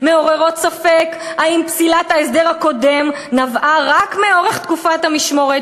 מעוררות ספק האם פסילת ההסדר הקודם נבעה רק מאורך תקופת המשמורת,